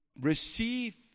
receive